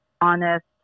honest